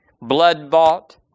blood-bought